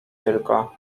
tylko